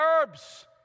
herbs